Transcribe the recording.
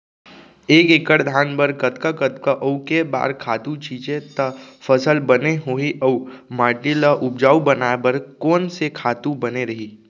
एक एक्कड़ धान बर कतका कतका अऊ के बार खातू छिंचे त फसल बने होही अऊ माटी ल उपजाऊ बनाए बर कोन से खातू बने रही?